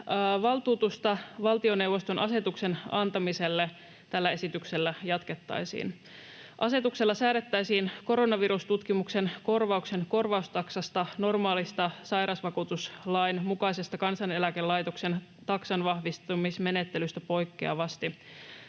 valtuutusta valtioneuvoston asetuksen antamiselle tällä esityksellä jatkettaisiin. Asetuksella säädettäisiin koronavirustutkimuksen korvauksen korvaustaksasta normaalista sairausvakuutuslain mukaisesta Kansaneläkelaitoksen taksan vahvistamismenettelystä poikkeavasti.